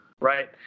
right